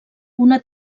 una